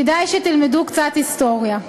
כדאי שתלמדו קצת היסטוריה: